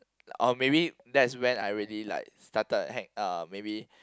or maybe that's when I really like started hang uh maybe